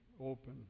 open